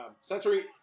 sensory